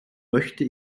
möchte